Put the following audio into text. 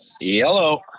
Yellow